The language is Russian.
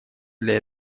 для